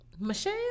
Michelle